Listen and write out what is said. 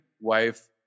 Wife